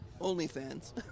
OnlyFans